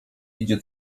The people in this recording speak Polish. idzie